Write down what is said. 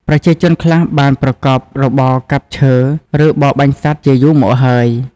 ប្រជាជនខ្លះបានប្រកបរបរកាប់ឈើ ឬបរបាញ់សត្វជាយូរមកហើយ។